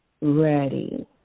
ready